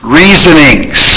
reasonings